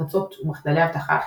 פרצות ומחדלי אבטחה אחרים.